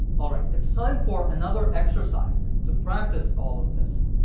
alright, it's time for another exercise to practice all of this.